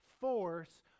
force